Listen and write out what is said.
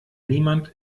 niemand